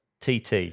TT